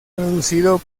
producido